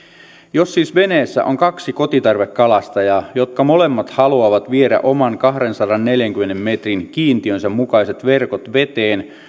jos siis veneessä on kaksi kotitarvekalastajaa jotka molemmat haluavat viedä oman kahdensadanneljänkymmenen metrin kiintiönsä mukaiset verkot veteen